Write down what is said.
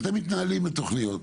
אתם מתנהלים בתוכניות,